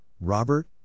Robert